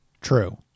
True